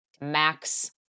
max